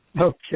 Okay